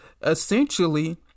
Essentially